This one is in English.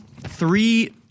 Three